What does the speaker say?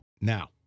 Now